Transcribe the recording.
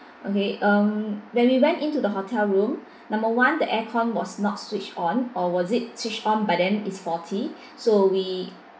okay um when we went into the hotel room number one the aircon was not switched on or was it switched on but then is faulty so we